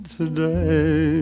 today